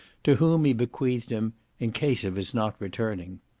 to whom he bequeathed him in case of his not returning.